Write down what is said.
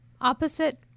opposite